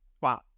Wow